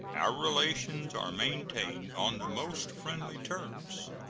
our relations are maintained on the most friendly terms.